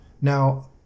Now